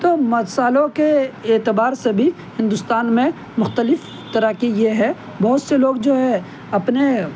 تو مصالحوں کے اعتبار سے بھی ہندوستان میں مختلف طرح کی یہ ہے بہت سے لوگ جو ہے اپنے